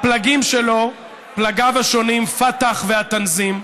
הפלגים שלו, פלגיו השונים, פתח והתנזים,